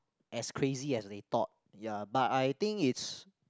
as crazy as they thought ya but I think it's